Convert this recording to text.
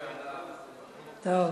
טוב.